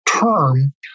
term